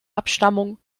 abstammung